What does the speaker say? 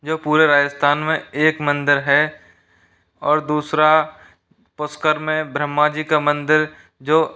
जो पूरे राजिस्थान में एक मंदिर है और दूसरा पुष्कर में ब्रह्मा जी का मंदिर जो